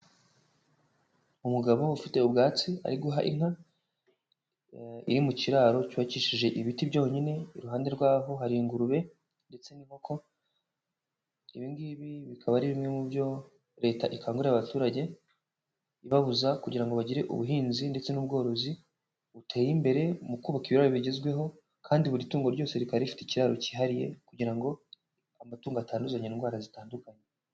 Umugabo ufite ubwatsi ari guha inka iri mu kiraro, cyubakishije ibiti byonyine, iruhande rwaho hari ingurube ndetse n'inkoko, ibi ngibi bikaba ari bimwe mu byo Leta ikangurira abaturage ibabuza, kugira ngo bagire ubuhinzi ndetse n'ubworozi buteye imbere, mu kubaka ibiraro bigezweho. Kandi buri tungo ryose rikaba rifite ikiraro cyihariye kugira ngo amatungo atanduzanya indwara zitandukanye.